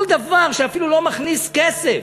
כל דבר שאפילו לא מכניס כסף,